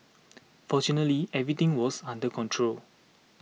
fortunately everything was under control